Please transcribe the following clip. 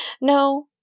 No